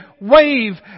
wave